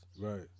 Right